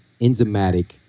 enzymatic